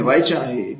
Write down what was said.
काय मिळवायचे आहे